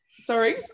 sorry